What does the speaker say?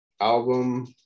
album